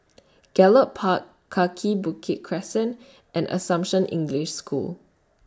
Gallop Park Kaki Bukit Crescent and Assumption English School